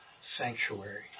sanctuary